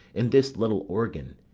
in this little organ,